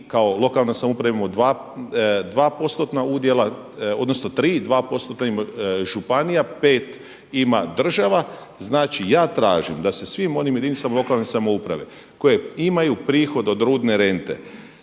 Dva postotna ima županija, pet ima država. Znači ja tražim da se svim onim jedinicama lokalne samouprave koje imaju prihod od rudne rente